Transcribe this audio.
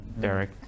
Derek